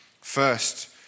first